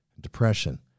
depression